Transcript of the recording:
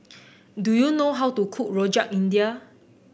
do you know how to cook Rojak India